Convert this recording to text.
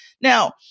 Now